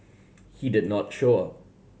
he did not show up